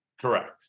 correct